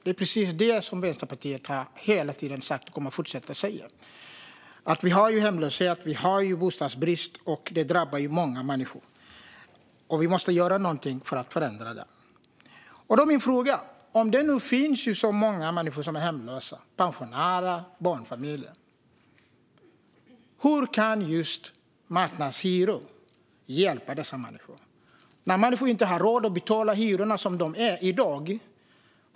Det är precis vad Vänsterpartiet hela tiden har sagt och kommer att fortsätta säga. Vi har hemlöshet, och vi har bostadsbrist. Det drabbar många människor. Vi måste göra något för att förändra det. Min fråga gäller att det finns så många människor, pensionärer och barnfamiljer, som är hemlösa. Hur kan just marknadshyror hjälpa dessa människor? Det finns människor som inte har råd att betala de hyror som finns i dag.